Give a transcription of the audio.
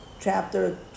chapter